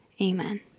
Amen